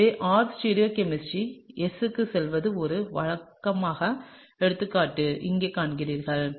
எனவே R stereo chemistry S க்குச் செல்லும் ஒரு வழக்குக்கான எடுத்துக்காட்டு இங்கே காண்கிறீர்கள்